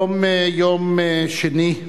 היום יום שני,